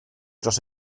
dros